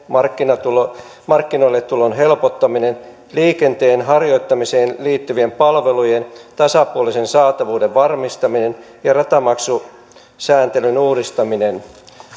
markkinoilletulon markkinoilletulon helpottaminen liikenteen harjoittamiseen liittyvien palvelujen tasapuolisen saatavuuden varmistaminen ja ratamaksusääntelyn uudistaminen